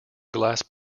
glass